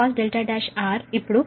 cos Cos R1 ఇప్పుడు 0